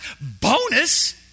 Bonus